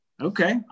Okay